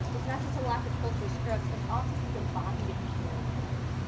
it's not just a lack of cultural scripts. it's also these embodied experiences.